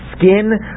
skin